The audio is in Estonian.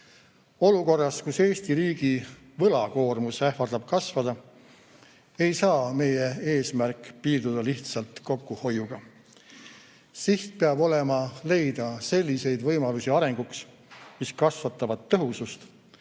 Olukorras, kus Eesti riigi võlakoormus ähvardab kasvada, ei saa meie eesmärk piirduda lihtsalt kokkuhoiuga. Siht peab olema leida selliseid võimalusi arenguks, mis kasvatavad tõhusust